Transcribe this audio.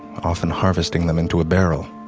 often harvesting them into a barrel,